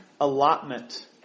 allotment